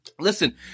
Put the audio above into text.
listen